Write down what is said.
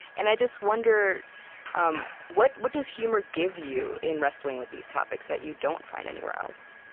and i just wonder um what what does humor give you in wrestling with these topics that you don't find anywhere else?